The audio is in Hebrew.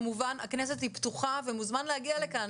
כמובן הכנסת היא פתוחה והוא מוזמן להגיע לכאן.